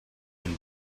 been